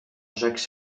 jacques